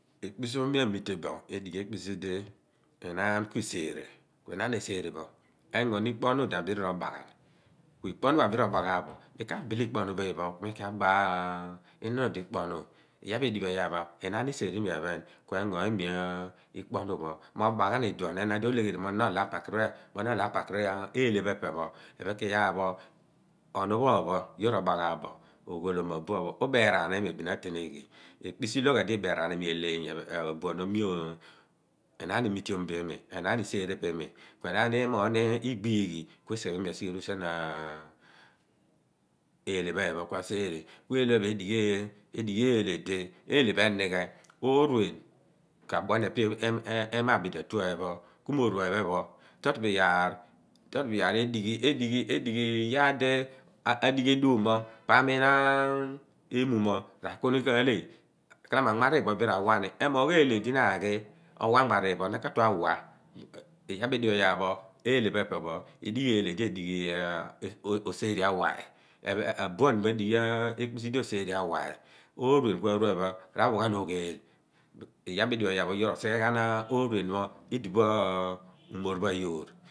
Ekpisi pho mi amitebo edighi ekpisi di enaan kuisere ku enaan pho esere bo engo ni ikponu di a bidi robaghan ikponu pho abidi robaghaan ikponu pho abidi robaghaan bo mi ka bile ikponu pho ku mi aki a ba inoon ikponu iyaar pho edighi bo, enaan iseere imi ephen kuingo imi ikpoonu pho mo ba ghan iduon pidi olegheri mo na ola pakiri pho ephen mo na ola eelhe pho epe pho ephen ku iyaar pho onu pho opopho yoor robaghaabo oghool bo ma onuabuan pho ubeeraan imi bin a teneghi. Ekpisi ilo di beeraan imi eeleeny ephen buan pho mi na mi tebo. Enaan imoogh ni igbeeghi kuisighe bo imi eru sien aa eelhe pho ephen pho kuaaseere kueeihe pho eephen pho edighi eelhe di enighe ooruen kadua ni ema abidi atue phen kumoru trotro bo iyaar edighi edighi edighi iyaar di a/dighi edum mo ku amin iyaar di imuma rakuni kaale lalamo agbariigh pho bin rawani emoogh ni eelhe di na a ghi owah agbaariigh pho na ka/tue a wah iyaar pho edighi bo eelhe pho epe pho idighi eelhe di oseere awhiy. Abuan pho edighi ekpisi di oseere awhiy ooruen ku a ruephen rawaghan ogheel iyaar pho edighi bo iyaar pho yoor rosighe ghan ooruen pho idipho umor pho a yoor